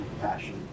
passion